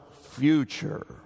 future